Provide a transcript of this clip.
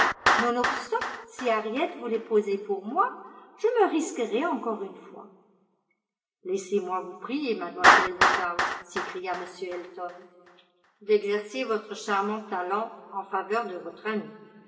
harriet voulait poser pour moi je me risquerais encore une fois laissez-moi vous prier mademoiselle woodhouse s'écria m elton d'exercer votre charmant talent en faveur de votre amie